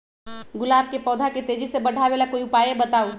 गुलाब के पौधा के तेजी से बढ़ावे ला कोई उपाये बताउ?